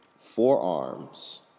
forearms